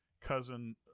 cousin